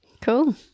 cool